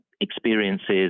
experiences